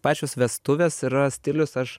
pačios vestuvės yra stilius aš